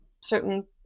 certain